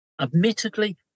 admittedly